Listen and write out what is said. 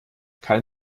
kein